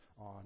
on